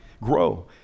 Grow